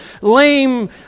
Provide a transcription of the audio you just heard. lame